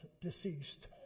deceased